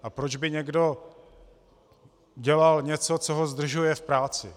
A proč by někdo dělal něco, co ho zdržuje v práci?